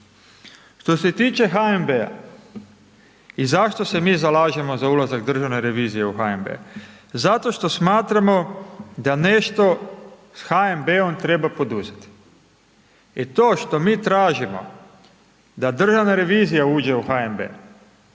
Što se tiče HNB-a i zašto se mi zalažemo za ulazak Državne revizije u HNB? Zato što smatramo da nešto s HNB-om treba poduzeti i to što mi tražimo da Državna revizija uđe u HNB,